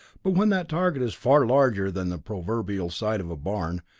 but when that target is far larger than the proverbial side of a barn,